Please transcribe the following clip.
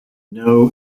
know